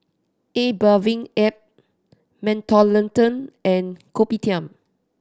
A Bathing Ape Mentholatum and Kopitiam